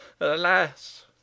alas